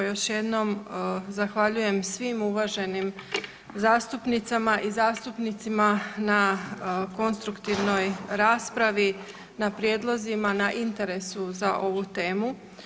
Još jednom zahvaljujem svim uvaženim zastupnicama i zastupnicima na konstruktivnoj raspravi, na prijedlozima, na interesu za ovu temu.